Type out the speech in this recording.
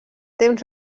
temps